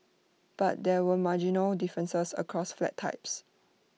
but there were marginal differences across flat types